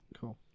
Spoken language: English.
Cool